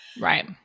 Right